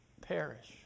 Perish